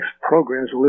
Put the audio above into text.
programs